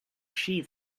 see